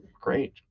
great